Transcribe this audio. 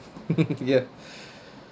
ya